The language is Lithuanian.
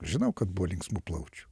žinau kad buvo linksmų plaučių